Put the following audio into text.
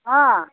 ಹಾಂ